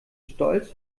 stolz